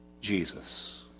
Jesus